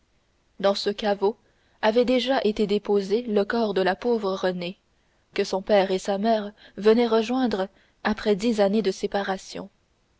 dans ce caveau avait déjà été déposé le corps de la pauvre renée que son père et sa mère venaient rejoindre après dix années de séparation